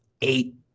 eight